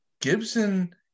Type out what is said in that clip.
Gibson